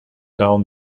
down